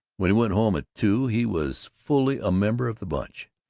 when he went home, at two, he was fully a member of the bunch,